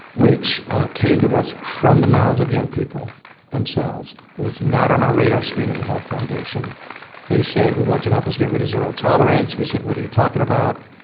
which came to us from the mouths of young people themselves, was not on our radar screen as a health foundation they said, we want you to help us get rid of zero tolerance. we said, what are you talking about?